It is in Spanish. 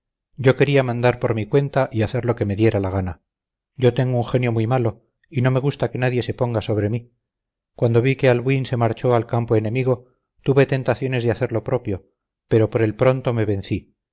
yo quería mandar por mi cuenta y hacer lo que me diera la gana yo tengo un genio muy malo y no me gusta que nadie se ponga sobre mí cuando vi que albuín se marchó al campo enemigo tuve tentaciones de hacer lo propio pero por el pronto me vencí